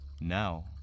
Now